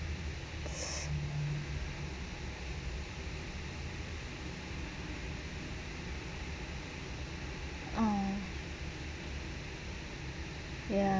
oh ya